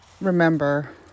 remember